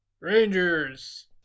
Rangers